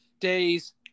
days